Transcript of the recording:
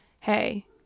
hey